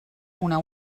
una